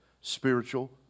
spiritual